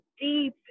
deep